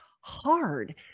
hard